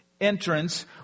entrance